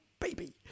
baby